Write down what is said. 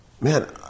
man